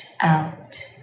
out